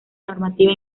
normativa